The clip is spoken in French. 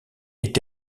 est